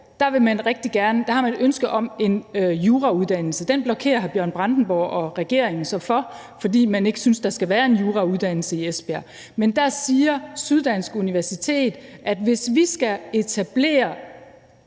har man et ønske om en jurauddannelse. Den blokerer hr. Bjørn Brandenborg og regeringen så for, fordi man ikke synes, der skal være en jurauddannelse i Esbjerg. Men der siger Syddansk Universitet, at hvis de skal etablere